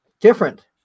different